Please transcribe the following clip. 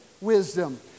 wisdom